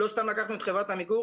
לא סתם לקחנו את חברת עמיגור.